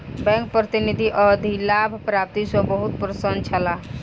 bank प्रतिनिधि अधिलाभ प्राप्ति सॅ बहुत प्रसन्न छला